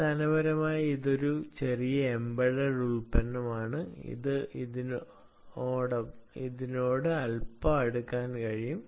അടിസ്ഥാനപരമായി ഇത് ഒരു ചെറിയ എംബെഡ്ഡ്ഡ് ഉൽപ്പന്നമാണ് ഇത് ഇതിനോട് അല്പം അടുക്കാൻ കഴിയും